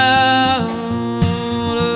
out